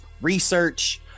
research